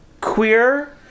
queer